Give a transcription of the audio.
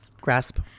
grasp